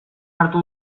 hartu